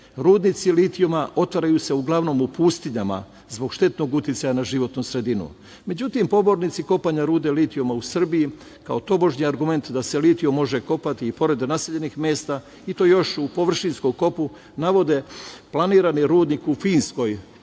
Rudnici litijuma otvaraju se uglavnom u pustinjama zbog štetnog uticaja na životnu sredinu.Međutim, pobornici kopanja rude litijuma u Srbiji kao tobožni argument da se litijum može kopati i pored naseljenih mesta i to još u površinskom kopu navode planirani rudnik u Finskoj